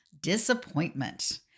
Disappointment